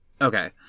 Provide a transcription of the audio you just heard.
Okay